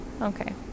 Okay